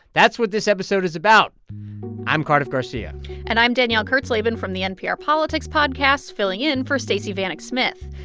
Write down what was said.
that's what this episode is about i'm cardiff garcia and i'm danielle kurtzleben from the npr politics podcast, filling in for stacey vanek smith.